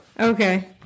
Okay